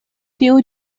tiu